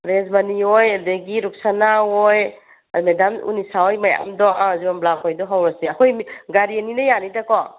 ꯔꯦꯁꯕꯅꯤ ꯍꯣꯏ ꯑꯗꯨꯗꯒꯤ ꯔꯨꯛꯁꯥꯅꯥ ꯍꯣꯏ ꯃꯦꯗꯥꯝ ꯎꯅꯤꯁꯥ ꯍꯣꯏ ꯃꯌꯥꯝꯗꯣ ꯑꯥ ꯌꯣꯝꯕ꯭ꯔꯥꯁ ꯍꯣꯏꯗꯣ ꯍꯧꯔꯁꯦ ꯑꯩꯈꯣꯏ ꯃꯤ ꯒꯔꯤ ꯑꯅꯤꯅ ꯌꯥꯅꯤꯗꯀꯣ